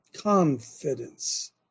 confidence